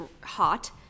hot